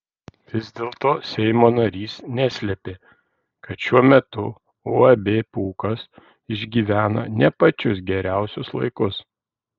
vis dėlto seimo narys neslėpė kad šiuo metu uab pūkas išgyvena ne pačius geriausius laikus